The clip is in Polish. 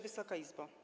Wysoka Izbo!